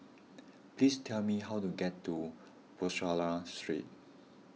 please tell me how to get to Bussorah Street